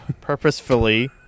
purposefully